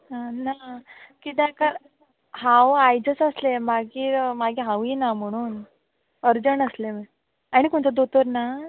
आं ना कित्याक काय हांव आयजच आसलें मागीर मागीर हावंय ना म्हुणून अर्जंट आसलें आनी खंयचो दोतोर ना